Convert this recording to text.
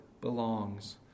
belongs